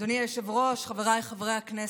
אדוני היושב-ראש, חבריי חברי הכנסת,